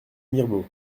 mirebeau